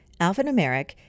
Alphanumeric